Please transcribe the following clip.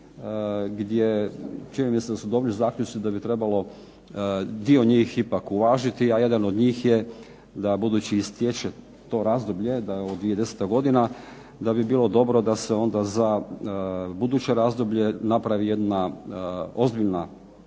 gdje čini mi se da su dobri zaključci, da bi trebalo dio njih ipak uvažiti. A jedan od njih je da budući istječe to razdoblje, da je ovo 2010. godina da bi bilo dobro da se onda za buduće razdoblje napravi jedna ozbiljna